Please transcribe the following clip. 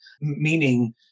Meaning